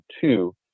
two